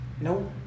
Nope